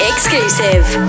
Exclusive